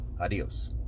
Adios